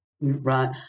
Right